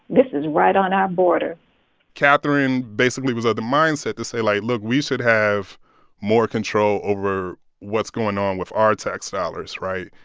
this is right on our border kathryn basically was of the mindset to say, like, look, we should have more control over what's going on with our tax dollars right?